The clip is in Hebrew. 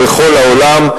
בכל העולם,